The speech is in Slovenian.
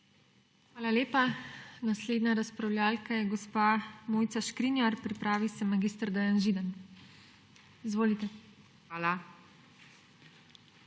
Hvala lepa. Naslednja razpravljavka je gospa Mojca Škrinjar, pripravi se mag. Dejan Židan. Izvolite.